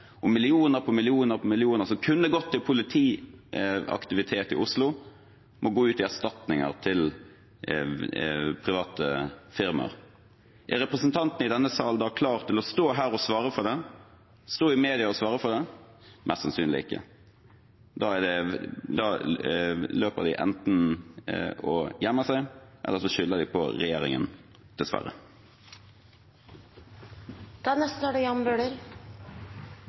og millioner på millioner på millioner som kunne gått til politiaktivitet i Oslo, må gå ut til erstatninger til private firmaer. Er representantene i denne sal da klare til å stå her og svare for det, til å stå i media og svare for det? Det er de mest sannsynlig ikke. Da løper de enten og gjemmer seg eller skylder på regjeringen